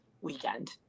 weekend